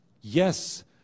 yes